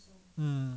mm